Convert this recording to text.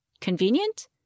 Convenient